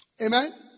Amen